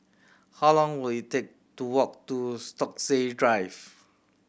how long will it take to walk to Stokesay Drive